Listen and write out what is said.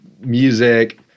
music